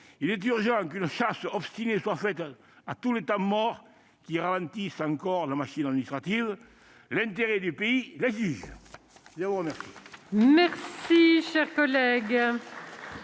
Il est urgent qu'une chasse obstinée soit faite à tous les temps morts qui ralentissent encore la machine administrative : l'intérêt du pays l'exige. » La parole est à M. le